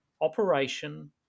operation